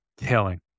killing